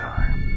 Time